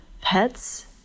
pets